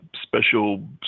Special